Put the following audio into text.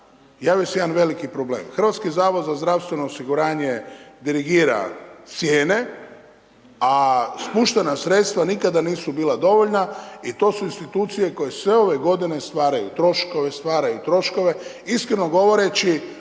javio se jedan veliki problem. HZZO dirigira cijene a spuštena sredstva nikada nisu bila dovoljan i to su institucije koje sve ove godine stvaraju troškove, stvaraju troškove, iskreno govoreći,